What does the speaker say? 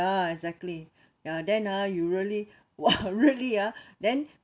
ya exactly ya then ah you really !wah! really ah then